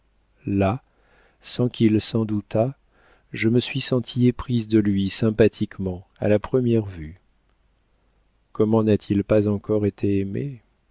là sans qu'il s'en doutât je me suis sentie éprise de lui sympathiquement à la première vue comment n'a-t-il pas encore été aimé